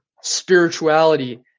spirituality